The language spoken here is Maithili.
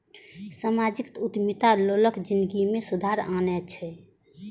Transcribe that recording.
सामाजिक उद्यमिता लोगक जिनगी मे सुधार आनै छै